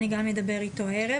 אני גם אדבר איתו הערב.